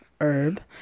herb